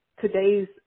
today's